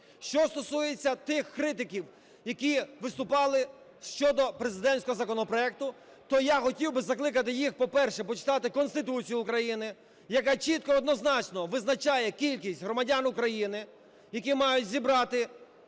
Що стосується тих критиків, які виступали щодо президентського законопроекту, то я хотів би закликати їх, по-перше, почитати Конституцію України, яка чітко однозначно визначає кількість громадян України, які мають зібрати